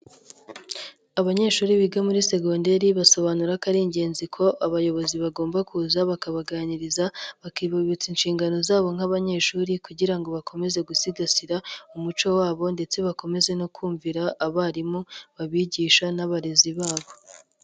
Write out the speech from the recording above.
Abanyeshuri biga muri segonderi basobanura ko ari ingenzi ko abayobozi bagomba kuza bakabaganiriza bakibutsa inshingano zabo nk'abanyeshuri kugira ngo bakomeze gusigasira umuco wabo ndetse bakomeze no kumvira abarimu babigisha n'abarezi babo.